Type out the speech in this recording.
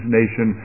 nation